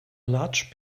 large